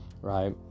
right